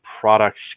products